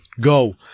go